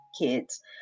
kids